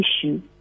issue